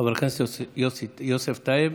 חבר הכנסת יוסף טייב,